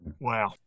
Wow